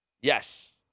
Yes